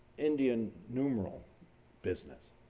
indian numeral business?